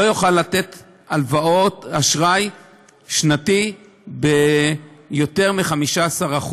לא יוכל לתת אשראי שנתי ביותר מ-15%,